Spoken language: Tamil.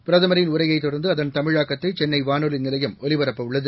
பிரதமரின் உரையைத் தொடர்ந்து அதன் தமிழாக்கத்தை சென்னை வானொலி நிலையம் ஒலிபரப்பவுள்ளது